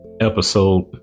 episode